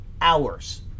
hours